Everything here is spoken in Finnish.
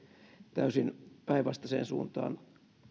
täysin päinvastaiseen suuntaan